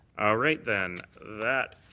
right then. that